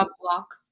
block